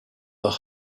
the